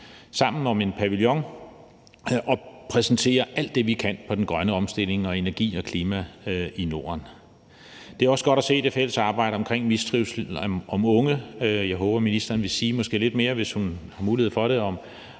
sammen om en pavillon og har præsenteret alt det, vi kan på den grønne omstilling og energi og klima i Norden. Det er også godt at se det fælles arbejde omkring mistrivsel blandt unge. Jeg håber, ministeren måske vil sige lidt mere, hvis hun har mulighed for det,